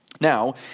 Now